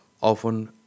often